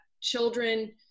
children